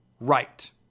right